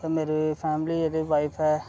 ते मेरी फैमिली जेह्ड़ी वाइफ ऐ